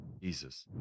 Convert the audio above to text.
Jesus